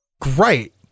great